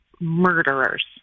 murderers